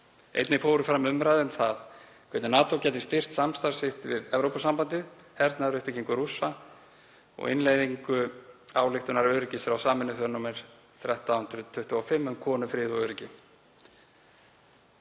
Einnig fóru fram umræður um það hvernig NATO gæti styrkt samstarf sitt við Evrópusambandið, hernaðaruppbyggingu Rússa og innleiðingu ályktunar öryggisráðs Sameinuðu þjóðanna nr. 1325 um konur, frið og öryggi.